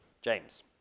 James